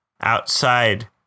outside